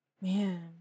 Man